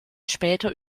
später